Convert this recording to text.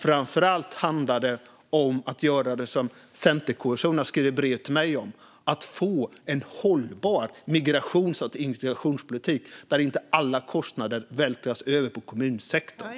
Framför allt handlar det om att göra det som centerkommunstyrelseordförandena skriver brev till mig om: att få en hållbar migrations och integrationspolitik där inte alla kostnader vältras över på kommunsektorn.